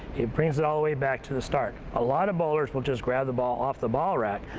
it brings it all the way back to the start. a lot of ballers will just grab the ball off the ball rack,